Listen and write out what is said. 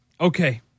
Okay